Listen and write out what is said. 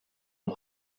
ont